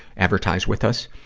advertise with us.